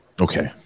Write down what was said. okay